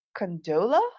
Condola